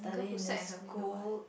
the girl who sat at the window right